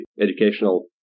educational